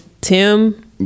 Tim